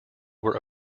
were